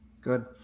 good